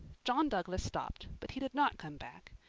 john douglas stopped but he did not come back.